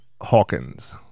Hawkins